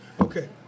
Okay